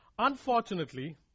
Unfortunately